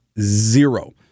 Zero